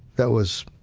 that was